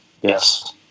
Yes